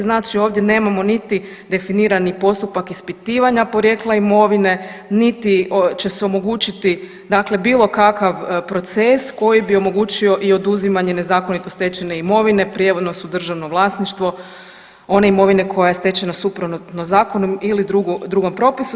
Znači ovdje nemamo niti definirani postupak ispitivanja porijekla imovine, niti će se omogućiti dakle bilo kakav proces koji bi omogućio i oduzimanje nezakonito stečene imovine, … [[ne razumije se]] državno vlasništvo, one imovine koja je stečena suprotno zakonu ili drugom propisu.